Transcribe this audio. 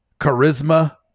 Charisma